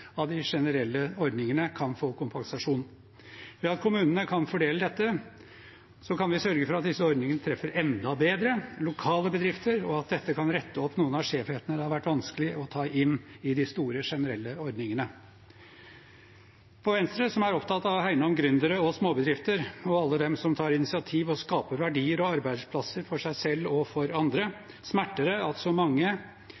av de generelle ordningene, kan få kompensasjon. Ved at kommunene kan fordele dette, kan vi sørge for at disse ordningene treffer lokale bedrifter enda bedre, og at dette kan rette opp noen av skjevhetene det har vært vanskelig å ta inn i de store, generelle ordningene. For Venstre, som er opptatt av å hegne om gründere, småbedrifter og alle dem som tar initiativ og skaper verdier og arbeidsplasser for seg selv og for andre,